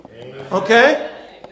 Okay